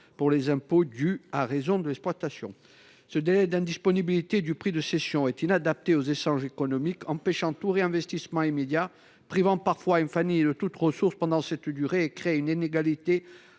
pour les impôts dus à raison de l’exploitation. Ce délai d’indisponibilité du prix de cession est inadapté aux échanges économiques : cela empêche tout réinvestissement immédiat, prive parfois une famille de toute ressource pendant cette durée et crée une inégalité